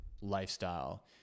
lifestyle